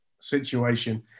situation